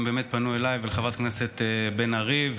הם באמת פנו אליי ואל חברת הכנסת בן ארי,